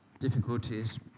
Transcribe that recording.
difficulties